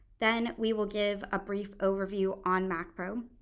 then, we will give a brief overview on macpro.